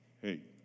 Hey